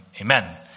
Amen